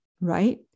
Right